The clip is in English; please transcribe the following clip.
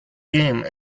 game